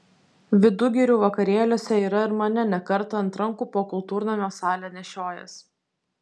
vidugirių vakarėliuose yra ir mane ne kartą ant rankų po kultūrnamio salę nešiojęs